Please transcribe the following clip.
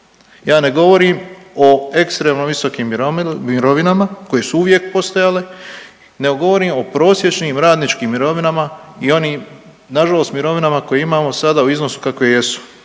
Ja ne govorim o ekstremno visokim mirovinama koje su uvijek postojale nego govorim o prosječnim radničkim mirovinama i onim nažalost mirovinama koje imamo sada u iznosu kakve jesu,